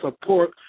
support